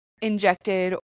injected